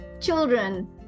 children